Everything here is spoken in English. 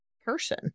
person